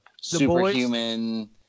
superhuman